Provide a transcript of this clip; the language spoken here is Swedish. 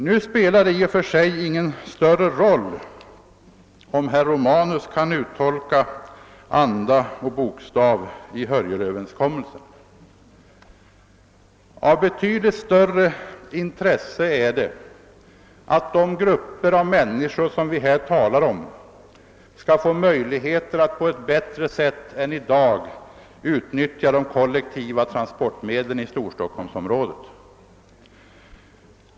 Nu spelar det i och för sig ingen större roll om herr Romanus kan tolka anda och bokstav i Hörjelöverenskommelsen; av betydligt större intresse är att de grupper av människor som vi här talar om får möjlighet att på ett bättre sätt än i dag utnyttja de kollektiva transportmedlen i Storstockholmsområdet.